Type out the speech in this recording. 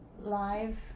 live